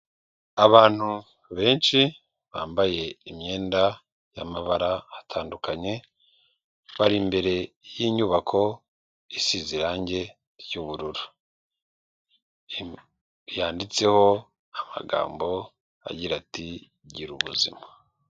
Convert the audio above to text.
Abantu benshi bambaye imyenda y'amabara atandukanye bari imbere y'inyubako isize irange ry'ubururu yanditseho amagambo agira ati gira ubuzima.